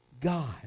God